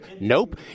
Nope